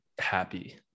happy